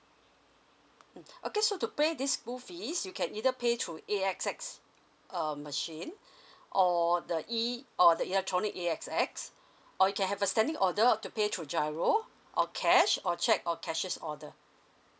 mm okay sure to pay the school fees you can either pay through A S X err machine or the E or the electronic A S X or you can have a standing order to pay through giro or cash or cheque or cashes order